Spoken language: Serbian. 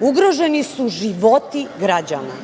ugroženi su životi građana.